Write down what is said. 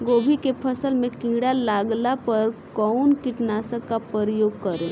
गोभी के फसल मे किड़ा लागला पर कउन कीटनाशक का प्रयोग करे?